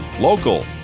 local